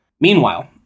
Meanwhile